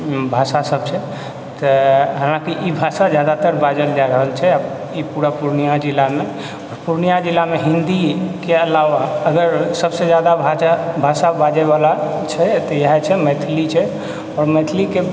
भाषा सब छै तऽ हालाँकि ई भाषा जादातर बाजल जा रहल छै आओर ई पूरा पूर्णिया जिलामे पूर्णिया जिलामे हिन्दीके अलावा अगर सबसँ जादा भाषा बाजैवला कोइ छै तऽ इएह छै मैथिली छै आओर मैथिलीके